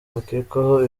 bakekwaho